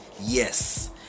Yes